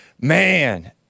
man